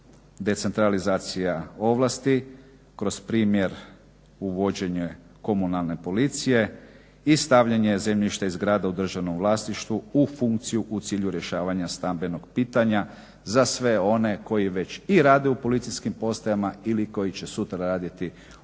Decentralizacija ovlasti kroz primjer uvođenja komunalne policije i stavljanje zemljišta i zgrada u državnom vlasništvu u funkciju u cilju rješavanja stambenog pitanja za sve one koji već i rade u policijskim postajama ili koji će sutra raditi u